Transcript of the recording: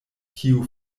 kiu